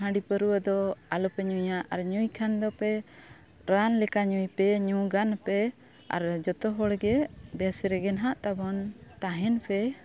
ᱦᱟᱺᱰᱤ ᱯᱟᱹᱣᱨᱟᱹ ᱫᱚ ᱟᱞᱚᱯᱮ ᱧᱩᱭᱟ ᱟᱨ ᱧᱩᱭ ᱠᱷᱟᱱ ᱫᱚᱯᱮ ᱨᱟᱱ ᱞᱮᱠᱟ ᱧᱩᱭ ᱯᱮ ᱧᱩ ᱜᱟᱱ ᱯᱮ ᱟᱨ ᱡᱷᱚᱛᱚ ᱦᱚᱲ ᱜᱮ ᱵᱮᱥ ᱨᱮᱜᱮ ᱱᱟᱜ ᱛᱟᱵᱚᱱ ᱛᱟᱦᱮᱱ ᱯᱮ